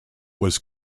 was